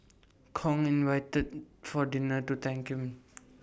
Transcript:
Kong invited for dinner to thank him